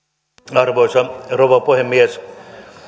arvoisa rouva puhemies